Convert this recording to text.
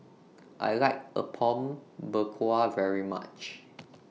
I like Apom Berkuah very much